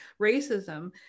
racism